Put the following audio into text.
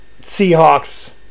Seahawks